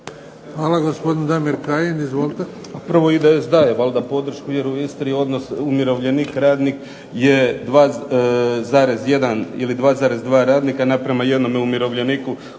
Hvala. Gospodin Damir Kajin. Izvolite.